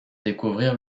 découvrir